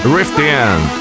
Riftian